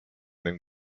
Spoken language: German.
den